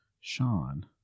Sean